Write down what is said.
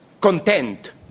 content